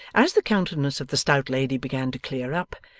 as the countenance of the stout lady began to clear up,